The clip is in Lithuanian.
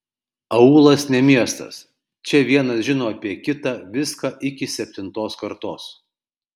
aūlas ne miestas čia vienas žino apie kitą viską iki septintos kartos